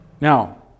Now